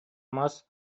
мас